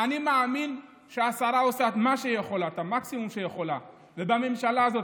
אני מאמין שהשרה עושה את המקסימום שהיא יכולה בממשלה הזאת,